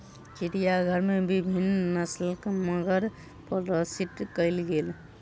चिड़ियाघर में विभिन्न नस्लक मगर प्रदर्शित कयल गेल